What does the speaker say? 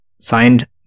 Signed